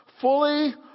fully